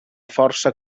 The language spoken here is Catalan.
força